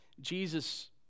Jesus